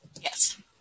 Yes